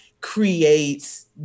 creates